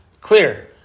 Clear